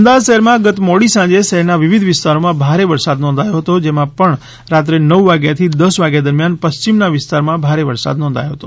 અમદાવાદ શહેરમાં ગત મોડી સાંજે શહેરના વિવિધ વિસ્તારોમાં ભારે વરસાદ નોંધાયો હતો જેમાં પણ રાત્રે નવ વાગ્યાથી દસ વાગ્યા દરમિયાન પશ્ચિમના વિસ્તારોમાં ભારે વરસાદ નોંધાયો હતો